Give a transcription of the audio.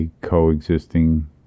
coexisting